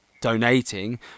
donating